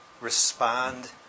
respond